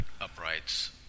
uprights